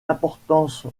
importance